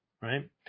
right